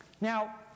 Now